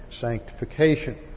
sanctification